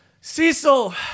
Cecil